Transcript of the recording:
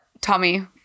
Tommy